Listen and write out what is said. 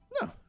No